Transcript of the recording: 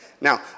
Now